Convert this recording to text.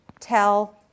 Tell